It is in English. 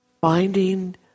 Finding